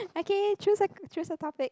okay choose a choose a topic